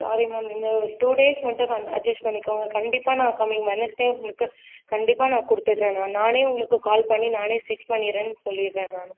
sorry ma'am இன்னும் ஒரு two days மட்டும் மேம் அட்ஜஸ்ட் பண்ணிக்கோங்க கண்டிப்பாக நான் கம்மிங் வெட்னெஸ்டே உங்களுக்கு கண்டிப்பாக நான் கொடுத்துட்றேன் நான் நானே உங்களுக்கு கால் பண்ணி நானே ஸ்டிச் பண்ணிடுறேன் சொல்லிடுறேன் நான்